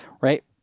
right